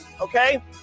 okay